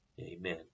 Amen